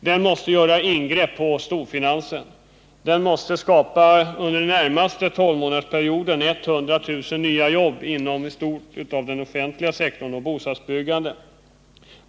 Den måste göra ingrepp i storfinansen. Den måste under den närmaste tolvmånadersperioden skapa 100 000 nya jobb, inom den offentliga sektorn och inom bostadsbyggandet.